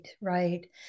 right